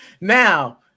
now